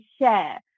share